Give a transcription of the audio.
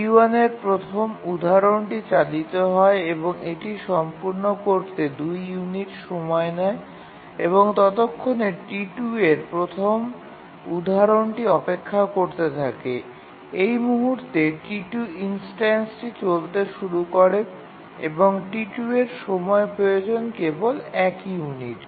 T1 এর প্রথম উদাহরণটি চালিত হয় এবং এটি সম্পূর্ণ করতে ২ ইউনিট সময় নেয় এবং ততক্ষণে T2 এর প্রথম উদাহরণটি অপেক্ষা করতে থাকে এবং এই মুহুর্তে T2 ইনস্ট্যান্সটি চলতে শুরু করে এবং T2 এর সময় প্রয়োজন কেবল ১ ইউনিট